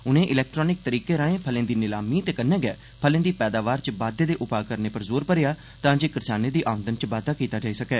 उनें इलैक्ट्रानिक तरीके राहें फलें दी नीलामी ते कन्नै गै फलें दी पैदावार च बाद्दे दे उपाह करने उप्पर जोर भरेआ तां जे करसानें दी आमदनी च बाद्दा कीता जाई सकै